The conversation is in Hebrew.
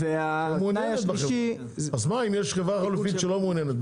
והתנאי השלישי -- אז מה אם יש חברה חלופית שלא מעוניינת,